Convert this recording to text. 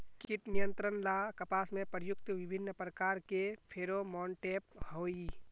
कीट नियंत्रण ला कपास में प्रयुक्त विभिन्न प्रकार के फेरोमोनटैप होई?